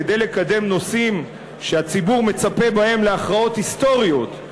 כדי לקדם נושאים שהציבור מצפה בהם להכרעות היסטוריות,